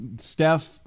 steph